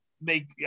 make